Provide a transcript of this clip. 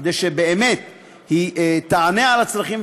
כדי שבאמת היא תענה על הצרכים.